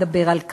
מדבר על כך,